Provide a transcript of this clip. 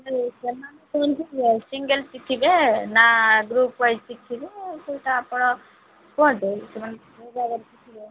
ସେମାନେ କେମତି ସିଙ୍ଗଲ୍ ଶିଖିବେ ନା ଗ୍ରୁପ୍ ୱାଇଜ୍ ଶିଖିବେ ଆଉ କୋଉଟା ଆପଣ କୁହନ୍ତୁ